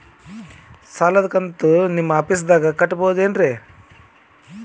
ಸಾಲದ ಕಂತು ನಿಮ್ಮ ಆಫೇಸ್ದಾಗ ಕಟ್ಟಬಹುದೇನ್ರಿ?